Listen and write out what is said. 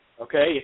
Okay